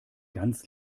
ganz